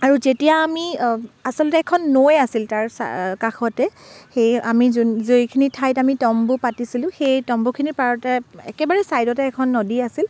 আৰু যেতিয়া আমি আচলতে এখন নৈ আছিল তাৰ চা কাষতে সেই আমি যোন যিখিনি ঠাইত আমি তম্বু পাতিছিলোঁ সেই তম্বুখিনিৰ পাৰতে একেবাৰে চাইদতে এখন নদী আছিল